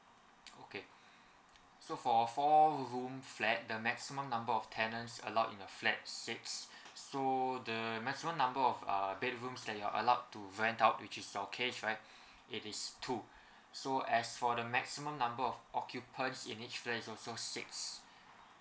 okay so for four room flat the maximum number of tenants allowed in a flat six so the maximum number of uh bedrooms that you're allowed to rent out which is your case right it is two so as for the maximum number of occupants in each flat is also six